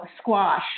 squash